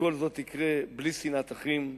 שכל זאת יקרה בלי שנאת אחים,